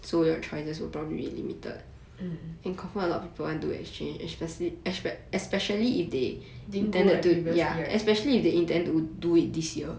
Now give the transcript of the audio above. mm didn't go like previously right